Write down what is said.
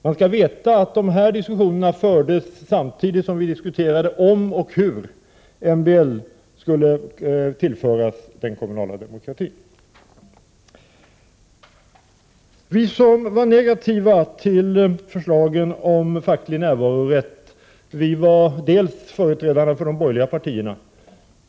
Man skall veta att dessa diskussio 9 november 1988 = ner fördes samtidigt som vi diskuterade om och hur MBL skulle tillföras den De som var negativa till förslagen om facklig närvarorätt var företrädarna för de borgerliga partierna.